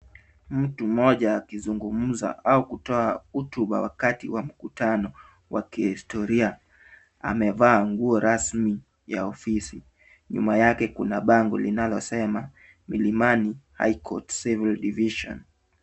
Mtu mmoja akizungumza au kutoa hotuba wakati wa mkutano wa kihistoria amevaa nguo rasmi ya ofisi. Nyuma yake kuna bango linalosema milimani high court civil division.